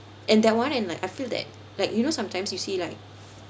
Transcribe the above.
and that one and like I feel that like you know sometimes you see like